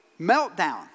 meltdown